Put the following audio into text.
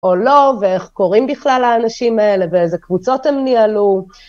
או לא, ואיך קוראים בכלל האנשים האלה, ואיזה קבוצות הם ניהלו.